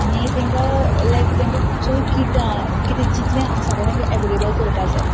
आनी तांकां लायक तांकां सगळीं किटां कितें जाय कितलें आसा एवेलेबल करपा जाय